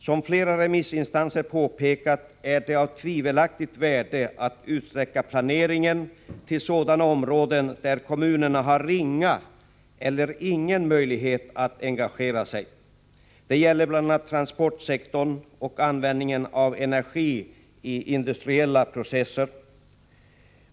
Som flera remissinstanser påpekat är det av tvivelaktigt värde att utsträcka planeringen till sådana områden där kommunerna har ringa eller ingen möjlighet att engagera sig. Detta gäller bl.a. transportsektorn och användningen av energi i industriella processer.